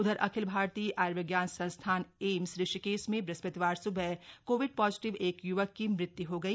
उधर अखिल भारतीय आय्र्विज्ञान संस्थान एम्स ऋषिकेश में बृहस्पतिवार स्बह कोविड पॉजिटिव एक य्वक की मृत्य् हो गई